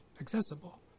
accessible